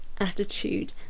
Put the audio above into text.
attitude